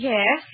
Yes